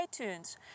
iTunes